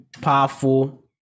powerful